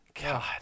God